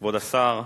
כבוד השר,